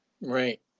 Right